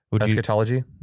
Eschatology